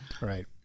Right